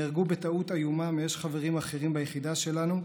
נהרג בטעות איומה מאש חברים אחרים ביחידה שלנו,